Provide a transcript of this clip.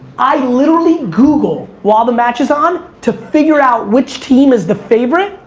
i literally google, while the match is on, to figure out which team is the favorite,